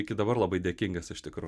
iki dabar labai dėkingas iš tikro